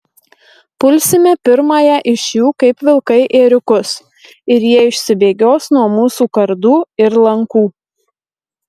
pulsime pirmąją iš jų kaip vilkai ėriukus ir jie išsibėgios nuo mūsų kardų ir lankų